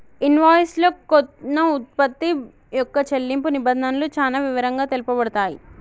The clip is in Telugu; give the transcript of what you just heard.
ఇన్వాయిస్ లో కొన్న వుత్పత్తి యొక్క చెల్లింపు నిబంధనలు చానా వివరంగా తెలుపబడతయ్